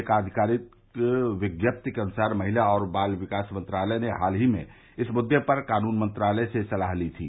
एक आधिकारिक विज्ञप्ति के अनुसार महिला और बाल विकास मंत्रालय ने हाल ही में इस मुद्दे पर कानून मंत्रालय से सलाह ली थी